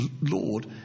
Lord